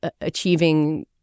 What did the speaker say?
achieving